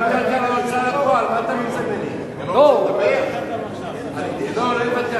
נסים זאב לא צריך להירשם.